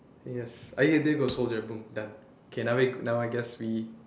yes soldier boom done okay now we now I guess we